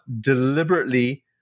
deliberately